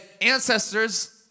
ancestors